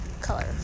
color